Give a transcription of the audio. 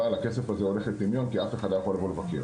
אבל הכסף הזה הולך לטמיון כי אף אחד לא יכול לבוא לבקר.